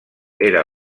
era